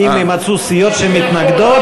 מס' מ/648,